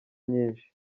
nyinshi